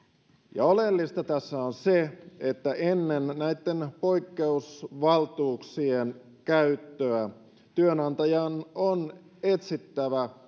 oleellista tässä on se että ennen näitten poikkeusvaltuuksien käyttöä työnantajan on etsittävä